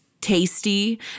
tasty